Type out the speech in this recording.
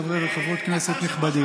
חברי וחברות כנסת נכבדים,